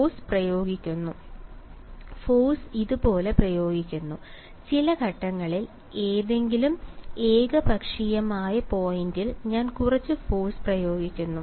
force പ്രയോഗിക്കുന്നു force ഇതുപോലെ പ്രയോഗിക്കുന്നു ചില ഘട്ടങ്ങളിൽ ഏതെങ്കിലും ഏകപക്ഷീയമായ പോയിന്റിൽ ഞാൻ കുറച്ച് ഫോഴ്സ് പ്രയോഗിക്കുന്നു